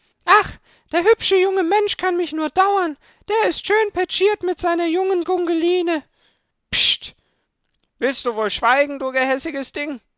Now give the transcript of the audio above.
ach der hübsche junge mensch kann mich nur dauern der ist schön petschiert mit seiner jungen gungeline bscht willst du wohl schweigen du gehässiges ding